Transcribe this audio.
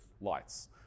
lights